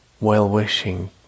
well-wishing